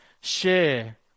share